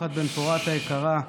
משפחת בן-פורת היקרה.